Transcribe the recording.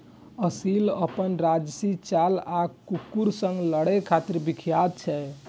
असील अपन राजशी चाल आ कुकुर सं लड़ै खातिर विख्यात छै